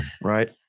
right